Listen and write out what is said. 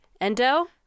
Endo